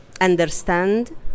understand